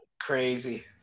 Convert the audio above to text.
Crazy